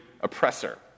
oppressor